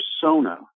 persona